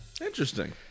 Interesting